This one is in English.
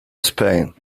spain